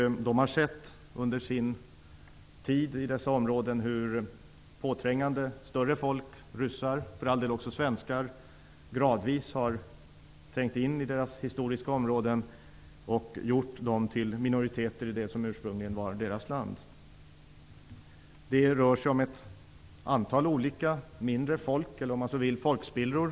De har under sin tid i dessa områden sett hur större folk -- ryssar, för all del också svenskar -- har trängt in i deras historiska områden och gjort dem till minoriteter i det som ursprungligen var deras land. Det rör sig om ett antal olika mindre folk eller -- om man så vill -- folkspillror.